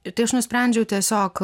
ir tai aš nusprendžiau tiesiog